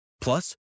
Plus